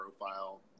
profile